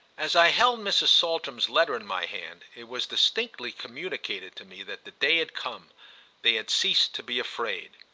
as i held mrs. saltram's letter in my hand it was distinctly communicated to me that the day had come they had ceased to be afraid.